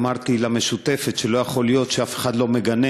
אמרתי למשותפת שלא יכול להיות שאף אחד לא מגנה